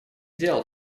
дел